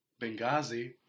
Benghazi